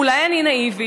אולי אני נאיבית,